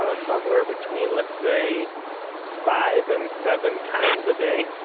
ah somewhere between let's say five and seven times a day